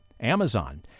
Amazon